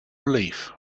relief